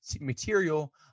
material